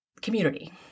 community